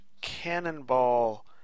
cannonball